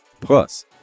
Plus